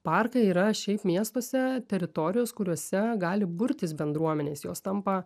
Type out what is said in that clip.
parkai yra šiaip miestuose teritorijos kuriose gali burtis bendruomenės jos tampa